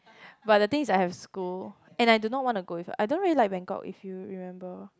but the thing is that I have school and I do not want to go with her I don't really like Bangkok if you remember